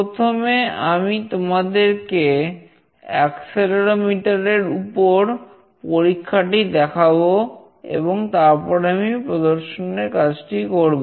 প্রথমে আমি তোমাদেরকে অ্যাক্সেলেরোমিটার এর উপর পরীক্ষাটি দেখাবো এবং তারপর আমি প্রদর্শনের কাজটি করব